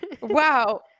wow